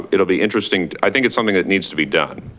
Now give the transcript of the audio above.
um it'll be interesting, i think it's something that needs to be done.